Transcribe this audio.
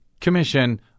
commission